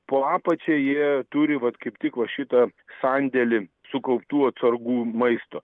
po apačia jie turi vat kaip tik va šitą sandėlį sukauptų atsargų maisto